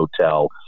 hotel